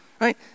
right